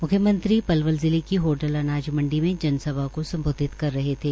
मुख्यमंत्री पलवल जिले के होडल अनाज मंडी में जनसभा को सम्बोधित कर रहे थे